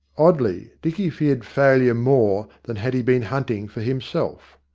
oddly, dicky feared failure more than had he been hunting for himself.